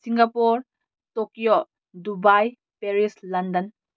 Singapore Tokyo Dubai Paris London